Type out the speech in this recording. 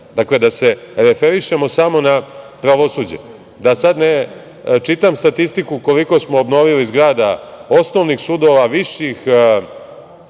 dalje. Dakle, da se referišemo samo na pravosuđe, da sada ne čitam statistiku koliko smo obnovili zgrada osnovnih sudova, viših,